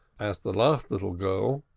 as the last little girl,